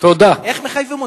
איך מחייבים אותם?